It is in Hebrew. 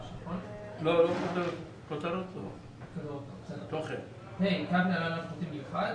2. קו נל"ן אלחוטי מיוחד